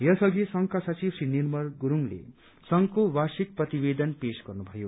यस अघि संघका सचिव श्री निर्मल गुरुङले संघको वार्षिक प्रतिवदेन पेश गर्नुभयो